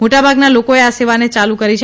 મોટાભાગના લોકોએ આ સેવાને ચાલુ કરી છે